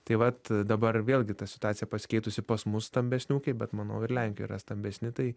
tai vat dabar vėlgi ta situacija pasikeitusi pas mus stambesni ūkiai bet manau ir lenkijoj yra stambesni tai